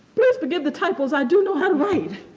please forgive the typos, i do know how to write.